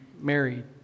married